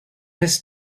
his